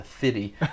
city